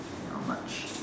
not much